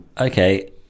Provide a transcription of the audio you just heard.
Okay